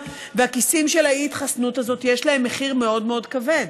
ולכיסים האלה של אי-התחסנות יש מחיר מאוד מאוד כבד.